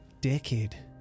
decade